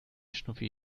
schnuffi